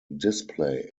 display